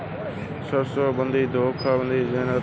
सोहन को बंधक धोखाधड़ी के जुर्म में गिरफ्तार किया गया